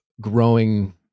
growing